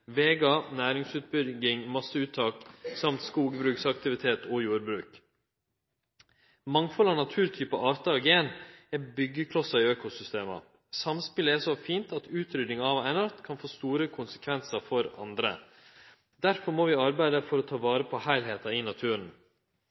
vegar, næringsutbygging, masseuttak samt skogbruksaktivitet og jordbruk. Mangfaldet av naturtypar, artar og gen er byggjeklossar i økosystema. Samspelet er så fint at utryddinga av ein art kan få store konsekvensar for andre. Derfor må vi arbeide for å ta vare på heilskapen i naturen.